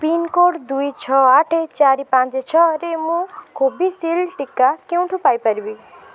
pincode ଦୁଇ ଛଅ ଆଠ ଚାରି ପାଞ୍ଚ ଛଅରେ ମୁଁ କୋଭିଶିଲ୍ଡ ଟିକା କେଉଁଠୁ ପାଇପାରିବି